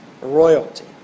royalty